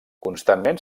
constantment